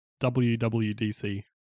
WWDC